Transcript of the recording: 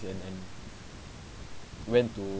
and and went to